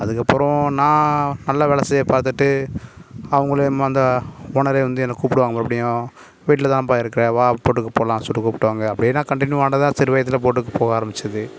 அதுக்கப்புறோம் நான் நல்ல வேலை செய்ய பார்த்துட்டு அவங்க மூலிமா அந்த ஓனர் வந்து என்ன கூப்பிடுவாங்க மறுபடியும் வீட்டில் தாப்பா இருக்கிற வா போட்டுக்கு போகலான் சொல்லிட்டு கூப்பிட்டாங்க அப்படி நான் கண்டினியூவாக சரி போட்டுக்கு போக ஆரம்பிச்சது